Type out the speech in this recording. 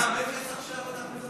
רגע, זה מע"מ אפס, עכשיו אנחנו מדברים?